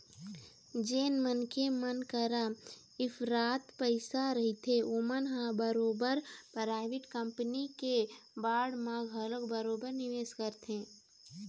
जेन मनखे मन करा इफरात पइसा रहिथे ओमन ह बरोबर पराइवेट कंपनी के बांड म घलोक बरोबर निवेस करथे